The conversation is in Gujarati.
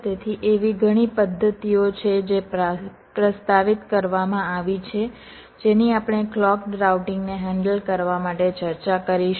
તેથી એવી ઘણી પદ્ધતિઓ છે જે પ્રસ્તાવિત કરવામાં આવી છે જેની આપણે ક્લૉક્ડ રાઉટિંગને હેન્ડલ કરવા માટે ચર્ચા કરીશું